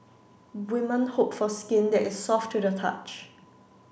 women hope for skin that is soft to the touch